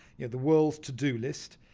yeah the world's to do list,